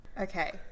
okay